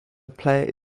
player